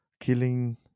killing